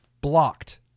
Blocked